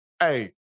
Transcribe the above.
Hey